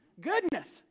Goodness